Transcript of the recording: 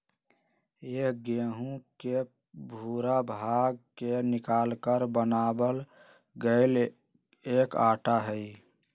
यह गेहूं के भूरा भाग के निकालकर बनावल गैल एक आटा हई